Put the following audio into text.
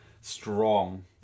strong